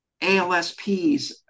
ALSPs